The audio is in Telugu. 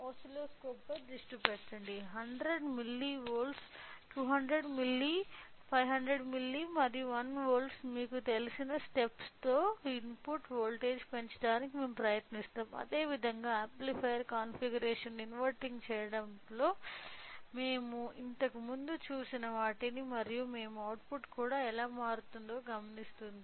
ఓసిల్లోస్కోప్ పై దృష్టి పెట్టండి 100 మిల్లీ 200 మిల్లీ 500 మిల్లీ మరియు 1 వోల్ట్లతో మీకు తెలిసిన స్టెప్స్ తో ఇన్పుట్ వోల్టేజ్ పెంచడానికి మేము ప్రయత్నిస్తాము అదే విధంగా యాంప్లిఫైయర్ కాన్ఫిగరేషన్ను ఇన్వెర్టింగ్ చేయడంలో మేము ఇంతకు ముందు చూసిన వాటిని మరియు మేము అవుట్పుట్ కూడా ఎలా మారుతుందో గమనిస్తుంది